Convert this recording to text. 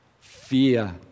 fear